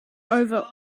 over